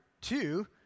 two